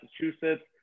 Massachusetts